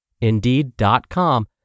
Indeed.com